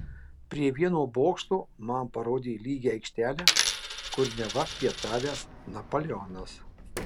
prie vieno bokšto man parodė lygią aikštelę kur neva pietavęs napoleonas